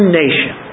nation